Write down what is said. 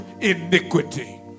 iniquity